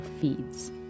feeds